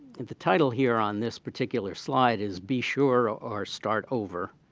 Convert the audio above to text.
and the title here on this particular slide is be sure or start over.